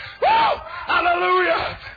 Hallelujah